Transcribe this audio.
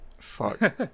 Fuck